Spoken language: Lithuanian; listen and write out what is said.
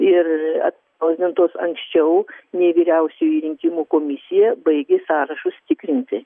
ir atspausdintos anksčiau nei vyriausioji rinkimų komisija baigė sąrašus tikrinti